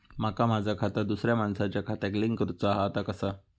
माका माझा खाता दुसऱ्या मानसाच्या खात्याक लिंक करूचा हा ता कसा?